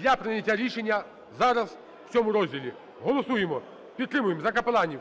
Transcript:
для прийняття рішення зараз в цьому розділі. Голосуємо. Підтримуємо за капеланів.